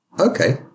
Okay